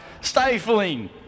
stifling